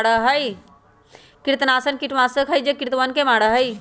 कृंतकनाशक कीटनाशक हई जो कृन्तकवन के मारा हई